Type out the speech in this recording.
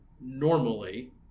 normally